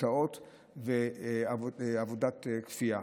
גטאות ועבודת כפייה.